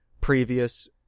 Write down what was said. previous